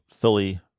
Philly